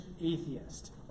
atheist